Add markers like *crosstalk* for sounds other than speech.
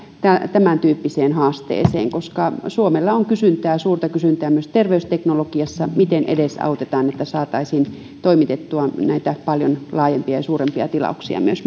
tämäntyyppiseen haasteeseen suomella on suurta kysyntää myös terveysteknologiassa miten edesautetaan että saataisiin toimitettua näitä paljon laajempia ja suurempia tilauksia myös *unintelligible*